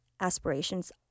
aspirations